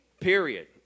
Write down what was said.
Period